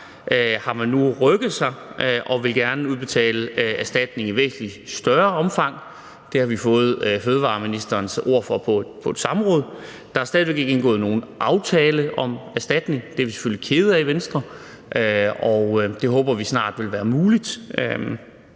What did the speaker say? har man nu rykket sig og vil gerne udbetale erstatning i et væsentlig større omfang. Det har vi fået fødevareministerens ord for på et samråd. Der er stadig væk ikke indgået nogen aftale om erstatning. Det er vi selvfølgelig kede af i Venstre, og det håber vi snart vil være muligt